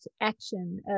action